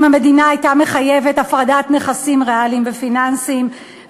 המדינה הייתה מחייבת הפרדת נכסים ריאליים ופיננסיים.